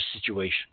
situation